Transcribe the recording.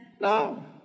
No